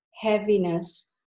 heaviness